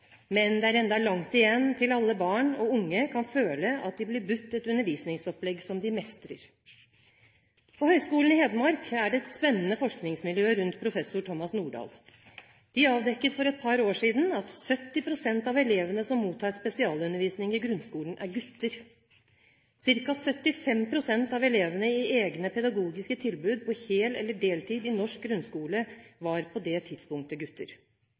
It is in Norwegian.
men det er ennå langt igjen til alle barn og unge kan føle at de blir tilbudt et undervisningsopplegg som de mestrer. På Høgskolen i Hedmark er det et spennende forskningsmiljø rundt professor Thomas Nordahl. De avdekket for et par år siden at 70 pst. av elevene som mottar spesialundervisning i grunnskolen, er gutter ca. 75 pst. av elevene i egne pedagogiske tilbud på hel- eller deltid i norsk grunnskole var på det tidspunktet gutter